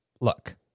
Look